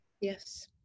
Yes